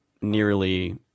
nearly